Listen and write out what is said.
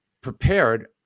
prepared